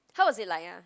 how was it like ah